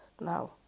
now